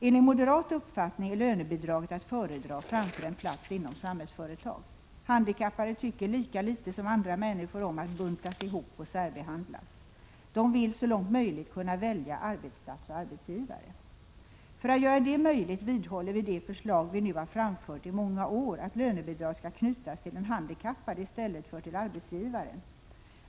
Enligt moderat uppfattning är lönebidraget att föredra framför en plats inom Samhällsföretag. Handikappade tycker lika litet som andra människor om att buntas ihop och särbehandlas. De vill så långt som möjligt kunna välja arbetsplats och arbetsgivare. För att göra det möjligt vidhåller vi det förslag vi nu har framfört i många år, att lönebidraget skall knytas till den handikappade i stället för till en arbetsgivare.